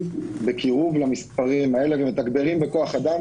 בקירוב למספרים האלה ומתגברים בכוח-אדם,